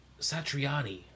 Satriani